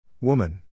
Woman